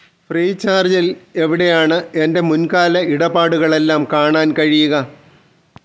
free ചാർജിൽ എവിടെയാണ് എൻ്റെ മുൻകാല ഇടപാടുകളെല്ലാം കാണാൻ കഴിയുക